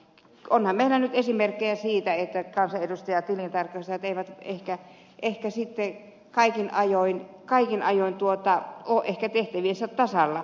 onhan meillä nyt esimerkkejä siitä että kansanedustajatilintarkastajat eivät ehkä kaikin ajoin ole tehtäviensä tasalla